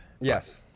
Yes